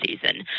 season